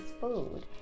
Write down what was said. food